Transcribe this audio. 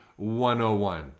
101